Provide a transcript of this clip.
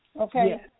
okay